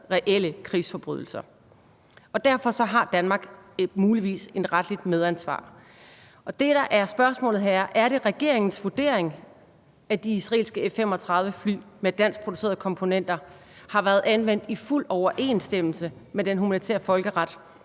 reelle krigsforbrydelser, og derfor har Danmark muligvis et retligt medansvar. Det, der er spørgsmålet her, er: Er det regeringens vurdering, at de israelske F-35-fly med danskproducerede komponenter har været anvendt i fuld overensstemmelse med den humanitære folkeret